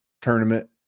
tournament